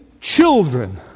children